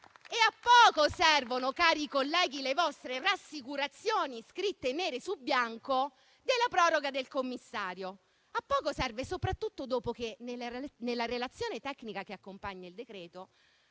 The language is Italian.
A poco servono, cari colleghi, le vostre rassicurazioni, scritte nere su bianco, della proroga del commissario. A poco serve, soprattutto dopo che nella relazione tecnica che accompagna il decreto-legge